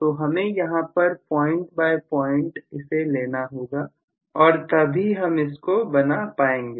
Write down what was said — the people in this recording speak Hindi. तो हमें यहां पर प्वाइंट बाय प्वाइंट इसे लेना होगा और सभी हम इसको बना पाएंगे